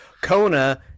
Kona